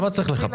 שם צריך לחפש.